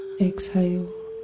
Exhale